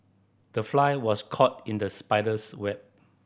the fly was caught in the spider's web